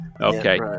Okay